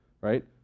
right